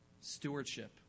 Stewardship